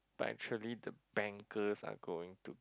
but actually the bankers are going to